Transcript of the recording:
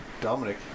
Dominic